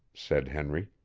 said henry.